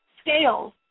scales